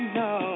no